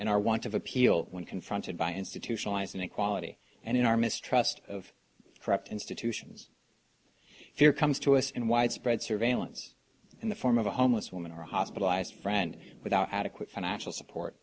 and our want of appeal when confronted by institutionalized inequality and in our mistrust of corrupt institutions here comes to us in widespread surveillance in the form of a homeless woman or hospitalized friend without adequate financial support